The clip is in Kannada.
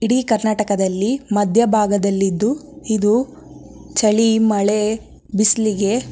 ಇಡೀ ಕರ್ನಾಟಕದಲ್ಲಿ ಮಧ್ಯಭಾಗದಲ್ಲಿದ್ದು ಇದು ಚಳಿ ಮಳೆ ಬಿಸಿಲಿಗೆ